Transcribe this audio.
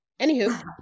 anywho